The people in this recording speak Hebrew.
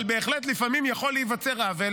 אבל בהחלט לפעמים יכול להיווצר עוול,